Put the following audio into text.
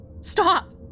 Stop